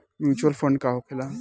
Mutual fund का होखेला?